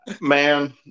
man